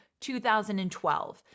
2012